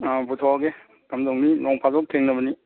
ꯑꯥ ꯄꯨꯊꯣꯛꯑꯒꯦ ꯀꯝꯗꯧꯅꯤ ꯅꯣꯡ ꯐꯥꯗꯣꯛ ꯊꯦꯡꯅꯕꯅꯤ